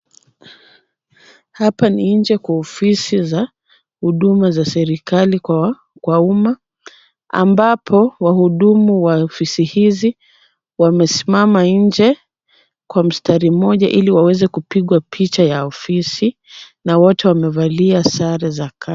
Hapa ni nje kwa ofisi za huduma za serikali kwa umma, ambapo wahudumu wa ofisi hizi wamesimama nje kwa mstari mmoja ili waweze kupigwa picha ya ofisi na wote wamevalia sare za kazi.